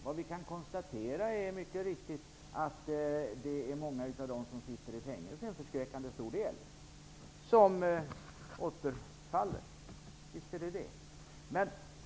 Vad vi kan konstatera är mycket riktigt att en förskräckande stor del av de som sitter i fängelse återfaller i brott.